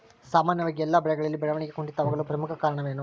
ಸಾಮಾನ್ಯವಾಗಿ ಎಲ್ಲ ಬೆಳೆಗಳಲ್ಲಿ ಬೆಳವಣಿಗೆ ಕುಂಠಿತವಾಗಲು ಪ್ರಮುಖ ಕಾರಣವೇನು?